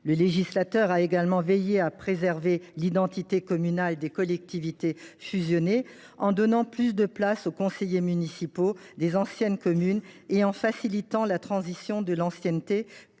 Le législateur a également veillé à préserver l’identité communale des collectivités fusionnées, en donnant plus de place aux conseillers municipaux des anciennes communes et en facilitant la transition de l’ancienne commune